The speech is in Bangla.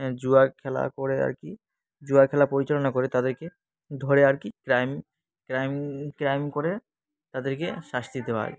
জুয়া খেলা করে আর কি জুয়া খেলা পরিচালনা করে তাদেরকে ধরে আর কি ক্রাইম ক্রাইম ক্রাইম করে তাদেরকে শাস্তি দেওয়া আর কি